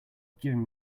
giving